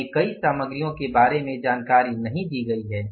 हमें कई सामग्रियों के बारे में जानकारी नहीं दी गई है